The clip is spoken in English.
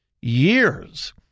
years